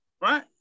Right